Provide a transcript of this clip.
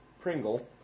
Pringle